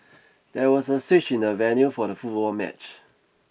there was a switch in the venue for the football match